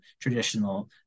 traditional